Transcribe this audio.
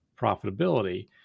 profitability